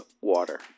Water